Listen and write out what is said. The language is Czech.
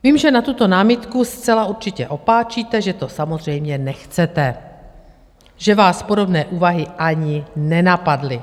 Vím, že na tuto námitku zcela určitě opáčíte, že to samozřejmě nechcete, že vás podobné úvahy ani nenapadly.